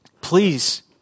Please